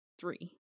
three